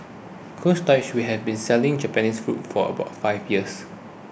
Cold Storage which has been selling Japanese fruits for about five years